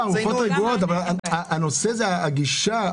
הרוחות רגועות, אבל הנושא הוא הגישה.